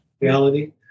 reality